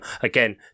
Again